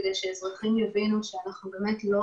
כדי שאזרחים יבינו שאנחנו באמת לא